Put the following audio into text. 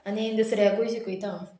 आनी दुसऱ्याकूय शिकयता हांव